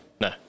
No